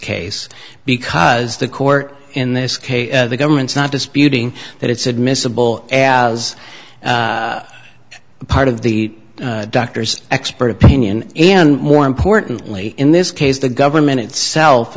case because the court in this case the government's not disputing that it's admissible as part of the doctor's expert opinion and more importantly in this case the government itself